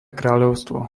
kráľovstvo